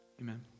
Amen